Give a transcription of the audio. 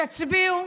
תצביעו.